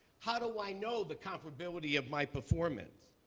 how do i know the comparability of my performance?